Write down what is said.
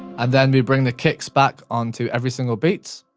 and then we bring the kicks back onto every single beat,